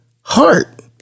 heart